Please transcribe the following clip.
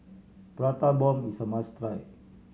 Prata Bomb is a must try